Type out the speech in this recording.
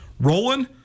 rolling